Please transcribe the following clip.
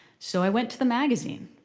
so i went to the magazine.